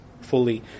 fully